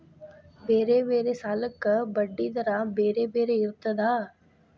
ಬೇರೆ ಬೇರೆ ಸಾಲಕ್ಕ ಬಡ್ಡಿ ದರಾ ಬೇರೆ ಬೇರೆ ಇರ್ತದಾ?